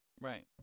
right